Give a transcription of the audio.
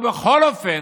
ובכל אופן